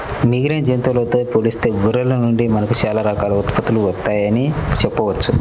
మిగిలిన జంతువులతో పోలిస్తే గొర్రెల నుండి మనకు చాలా రకాల ఉత్పత్తులు వత్తయ్యని చెప్పొచ్చు